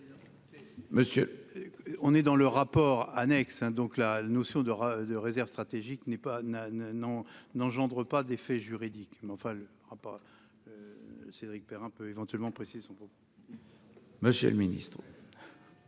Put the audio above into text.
monsieur le ministre.